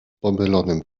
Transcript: pomylonym